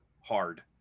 hard